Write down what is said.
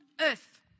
earth